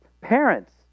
Parents